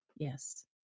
Yes